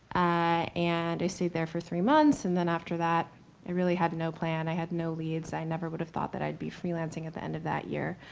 and i stayed there for three months, and then after that i really had no plan. i had no leads. i never would have thought that i'd be freelancing at the end of that year,